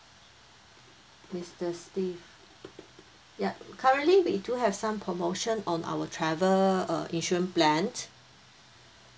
mister steve yup currently we do have some promotion on our travel uh insurance plan